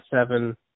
seven